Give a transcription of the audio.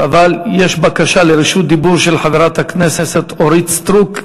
אבל יש בקשה לרשות דיבור של חברת הכנסת אורית סטרוק.